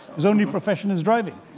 whose only profession is driving.